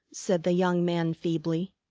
said the young man feebly,